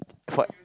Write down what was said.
what